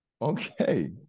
Okay